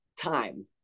time